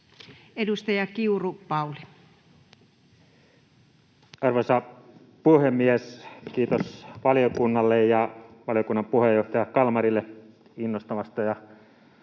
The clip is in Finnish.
14:57 Content: Arvoisa puhemies! Kiitos valiokunnalle ja valiokunnan puheenjohtaja Kalmarille innostavasta ja